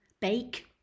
bake